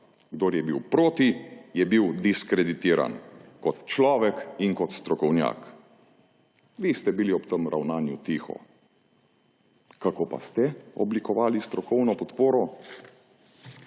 Kdor je bil proti, je bil diskreditiran kot človek in kot strokovnjak. Vi ste bili ob tem ravnanju tiho. Kako pa ste oblikovali strokovno podporo?